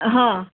हां